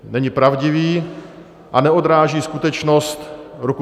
Není pravdivý a neodráží skutečnost roku 2021.